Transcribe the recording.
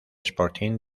sporting